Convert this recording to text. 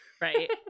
Right